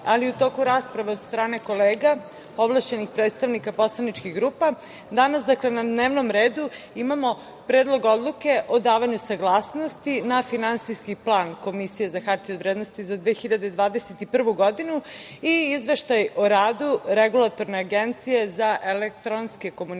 i u toku rasprave od strane kolega ovlašćenih predstavnika poslaničkih grupa, danas na dnevnom redu imamo Predlog odluke o davanju saglasnosti na Finansijski plan Komisije za hartije od vrednosti za 2021. godinu i Izveštaj o radu Regulatorne agencije za elektronske komunikacije